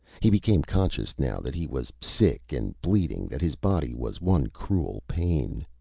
he became conscious now that he was sick and bleeding, that his body was one cruel pain.